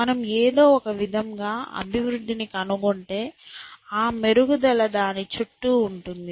మనం ఏదో ఒకవిధంగా అభివృద్ధిని కనుగొంటే ఆ మెరుగుదల దాని చుట్టూ ఉంటుంది